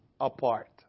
apart